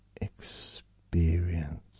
experience